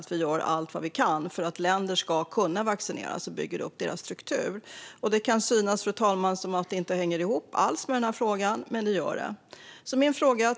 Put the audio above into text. Vi ska göra allt vad vi kan för att länder ska kunna bygga upp en struktur för att vaccinera sin befolkning. Det kan synas som att detta inte hänger ihop med frågan, men det gör den.